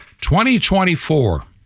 2024